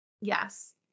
Yes